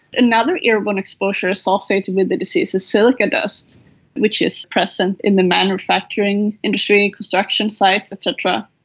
another airborne exposure associated with the disease is silica dust which is present in the manufacturing industry, construction sites et cetera.